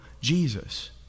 Jesus